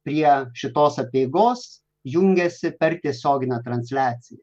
prie šitos apeigos jungiasi per tiesioginę transliaciją